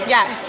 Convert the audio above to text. Yes